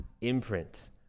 imprint